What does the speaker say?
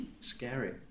scary